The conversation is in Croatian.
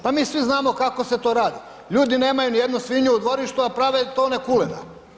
Pa mi svi znamo kako se to radi, ljudi nemaju nijednu svinju u dvorištu, a prave tone kulena.